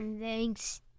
Thanks